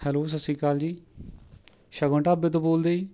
ਹੈਲੇ ਸਤਿ ਸ੍ਰੀ ਅਕਾਲ ਜੀ ਸ਼ਗਨ ਢਾਬੇ ਤੋੋਂ ਬੋਲਦੇ ਜੀ